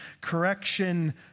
correction